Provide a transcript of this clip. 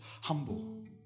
humble